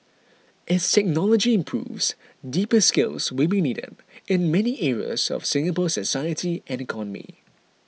as technology improves deeper skills will be needed in many areas of Singapore's society and economy